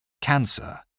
cancer